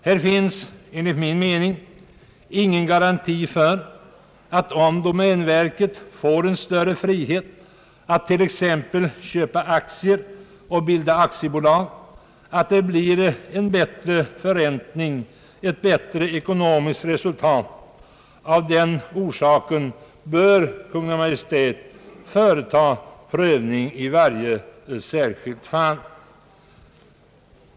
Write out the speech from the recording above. Här finns enligt min mening ingen garanti för att en bättre förräntning och ett bättre ekonomiskt resultat uppnås om domänverket skulle få en större frihet att t.ex. köpa aktier eller bilda aktiebolag. Av det skälet bör Kungl. Maj:t pröva varje särskilt fall.